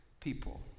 people